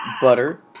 butter